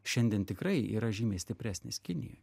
šiandien tikrai yra žymiai stipresnis kinijoj